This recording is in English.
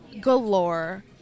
galore